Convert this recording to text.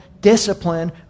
discipline